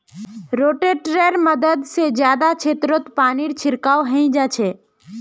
रोटेटरैर मदद से जादा क्षेत्रत पानीर छिड़काव हैंय जाच्छे